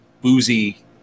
boozy